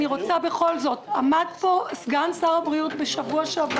אני רוצה בכל זאת עמד פה סגן שר הבריאות בשבוע שעבר